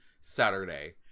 saturday